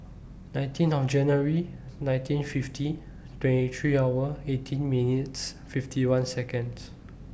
nineteen on January nineteen fifty twenty three hour eighteen minutes fifty one Seconds